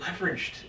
leveraged